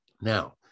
Now